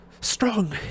strong